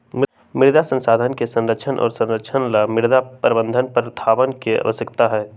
मृदा संसाधन के संरक्षण और संरक्षण ला मृदा प्रबंधन प्रथावन के आवश्यकता हई